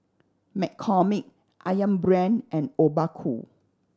McCormick Ayam Brand and Obaku